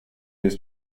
his